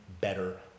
better